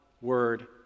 word